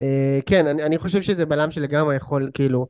כן אני חושב שזה בן אדם שלגמרי יכול כאילו